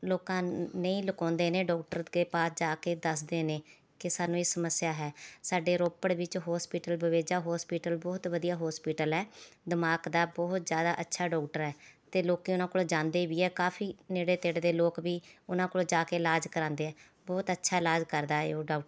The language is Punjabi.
ਲੋਕਾਂ ਨ ਨਹੀਂ ਲੁਕਾਉਂਦੇ ਨੇ ਡਾਕਟਰ ਕੇ ਪਾਸ ਜਾ ਕੇ ਦੱਸਦੇ ਨੇ ਕਿ ਸਾਨੂੰ ਇਹ ਸਮੱਸਿਆ ਹੈ ਸਾਡੇ ਰੋਪੜ ਵਿੱਚ ਹੋਸਪੀਟਲ ਬਵੇਜਾ ਹੋਸਪੀਟਲ ਬਹੁਤ ਵਧੀਆ ਹੋਸਪੀਟਲ ਹੈ ਦਿਮਾਗ਼ ਦਾ ਬਹੁਤ ਜ਼ਿਆਦਾ ਅੱਛਾ ਡਾਕਟਰ ਹੈ ਅਤੇ ਲੋਕ ਉਹਨਾਂ ਕੋਲ ਜਾਂਦੇ ਵੀ ਹੈ ਕਾਫ਼ੀ ਨੇੜੇ ਤੇੜੇ ਦੇ ਲੋਕ ਵੀ ਉਹਨਾਂ ਕੋਲ ਜਾ ਕੇ ਇਲਾਜ ਕਰਵਾਉਂਦੇ ਹੈ ਬਹੁਤ ਅੱਛਾ ਇਲਾਜ ਕਰਦਾ ਹੈ ਉਹ ਡਾਕਟਰ